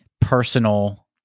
personal